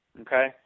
Okay